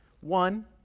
One